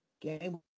game